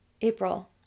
April